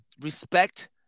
respect